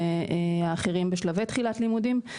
והאחרים בשלבי תחילת לימודים.